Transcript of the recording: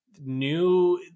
new